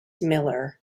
miller